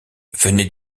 venait